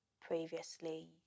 previously